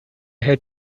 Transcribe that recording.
had